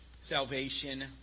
salvation